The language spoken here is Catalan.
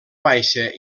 baixa